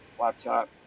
laptop